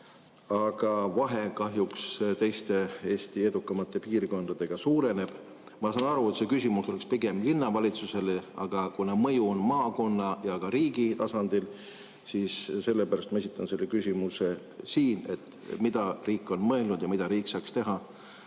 aga kahjuks vahe teiste, Eesti edukamate piirkondadega suureneb. Ma saan aru, et see küsimus oleks pigem linnavalitsusele, aga kuna mõju on [tunda] maakonna ja ka riigi tasandil, siis sellepärast ma esitan selle küsimuse siin. Mida riik on mõelnud ja mida riik saaks teha